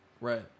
Right